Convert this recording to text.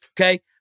okay